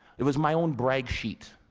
it was my own brag sheet.